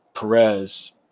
Perez